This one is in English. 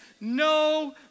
no